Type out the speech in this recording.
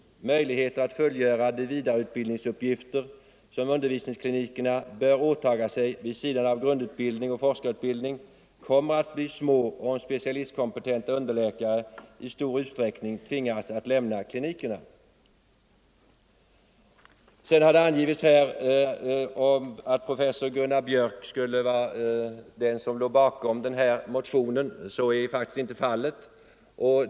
Möjligheter att fullgöra de vidareutbildningsuppgifter som undervisningsklinikerna bör åtaga sig vid sidan av grundutbildning och forskarutbildning kommer att bli små, om specialistkompetenta underläkare i stor utsträckning tvingas lämna klinikerna.” Det har här angivits att professor Gunnar Biörck skulle ligga bakom motionen. Så är faktiskt inte fallet.